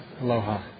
Aloha